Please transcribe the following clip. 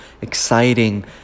exciting